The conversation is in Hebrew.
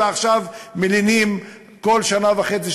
ועכשיו מלינים כל שנה וחצי,